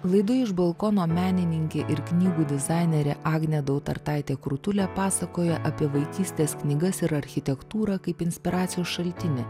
laidoje iš balkono menininkė ir knygų dizainerė agnė dautartaitė krutulė pasakoja apie vaikystės knygas ir architektūrą kaip inspiracijos šaltinį